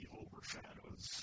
overshadows